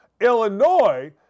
Illinois